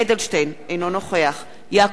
אינו נוכח יעקב אדרי,